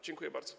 Dziękuję bardzo.